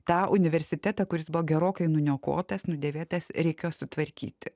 tą universitetą kuris buvo gerokai nuniokotas nudėvėtas reikėjo sutvarkyti